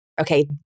Okay